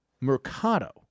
Mercado